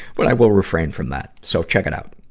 but i will refrain from that. so, check it out.